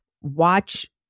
watch